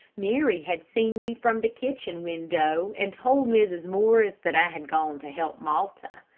mary had seen me from the kitchen window, and told mrs. morris that i had gone to help malta.